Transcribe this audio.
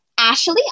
Ashley